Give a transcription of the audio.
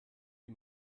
die